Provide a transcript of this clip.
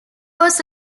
was